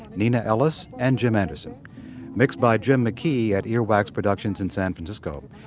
nina ellis and jim anderson mixed by jim mckee at earwax productions in san francisco.